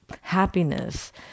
happiness